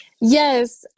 Yes